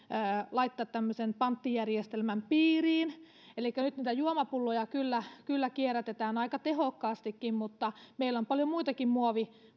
laittaa tämmöisen panttijärjestelmän piiriin elikkä nyt näitä juomapulloja kyllä kyllä kierrätetään aika tehokkaastikin mutta meillä on paljon muitakin